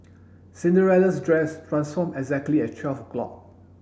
Cinderella's dress transformed exactly at twelve o'clock